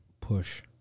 push